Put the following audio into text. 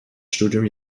studium